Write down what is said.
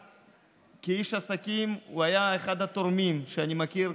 וכאיש עסקים הוא היה אחד התורמים שאני מכיר.